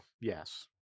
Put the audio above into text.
yes